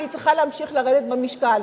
אני צריכה להמשיך לרדת במשקל.